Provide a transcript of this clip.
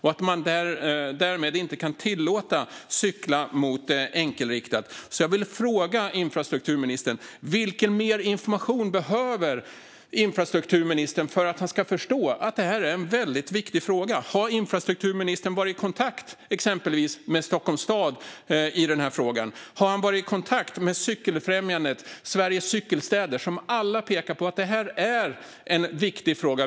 Därmed kan man inte tillåta cykling mot enkelriktat. Jag vill därför fråga infrastrukturministern: Vilken ytterligare information behöver infrastrukturministern för att han ska förstå att det här är en väldigt viktig fråga? Har infrastrukturministern varit i kontakt exempelvis med Stockholms stad i frågan? Har han varit i kontakt med Cykelfrämjandet och Sveriges Cykelstäder som pekar på att detta är en viktig fråga?